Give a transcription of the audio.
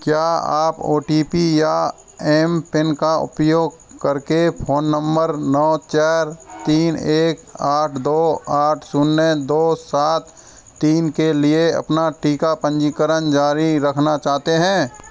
क्या आप O T P या एम पिन का उपयोग करके फ़ोन नंबर नौ चार तीन एक आठ दो आठ शून्य दो सात तीन के लिए अपना टीका पंजीकरण जारी रखना चाहते हैं